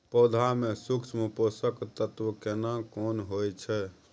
पौधा में सूक्ष्म पोषक तत्व केना कोन होय छै?